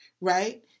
right